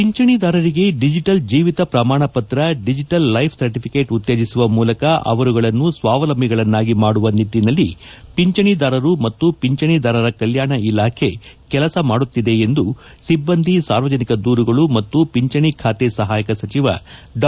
ಪಿಂಚಣಿದಾರರಿಗೆ digital ಜೀವಿತ ಪ್ರಮಾಣ ಪತ್ರ ದಿಜಿಟಲ್ ಲ್ವೆಫ್ ಸರ್ಟಿಫಿಕೇಟ್ ಉತ್ತೇಜಿಸುವ ಮೂಲಕ ಅವರುಗಳನ್ನು ಸ್ವಾವಲಂಬಿಗಳನ್ನಾಗಿ ಮಾಡುವ ನಿಟ್ಟಿನಲ್ಲಿ ಪಿಂಚಣಿದಾರರು ಮತ್ತು ಪಿಂಚಣಿದಾರರ ಕಲ್ಯಾಣ ಇಲಾಖೆ ಕೆಲಸ ಮಾಡುತ್ತಿದೆ ಎಂದು ಸಿಬ್ಬಂದಿ ಸಾರ್ವಜನಿಕ ದೂರುಗಳು ಮತ್ತು ಪಿಂಚಣಿ ಖಾತೆ ಸಹಾಯಕ ಸಚಿವ ಡಾ